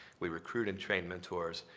we recruit and train mentors.